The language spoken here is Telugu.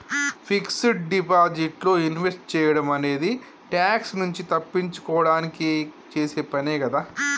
ఫిక్స్డ్ డిపాజిట్ లో ఇన్వెస్ట్ సేయడం అనేది ట్యాక్స్ నుంచి తప్పించుకోడానికి చేసే పనే కదా